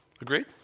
Agreed